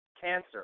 cancer